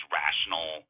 rational